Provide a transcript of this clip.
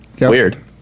weird